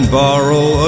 borrow